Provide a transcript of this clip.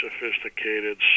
sophisticated